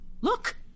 Look